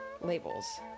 labels